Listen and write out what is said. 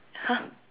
!huh!